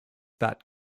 that